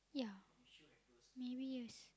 yeah maybe yes